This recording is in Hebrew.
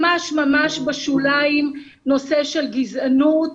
ממש ממש בשוליים, נושא של גזענות.